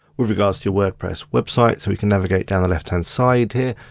with regards to wordpress websites. so you can navigate down the left hand side here.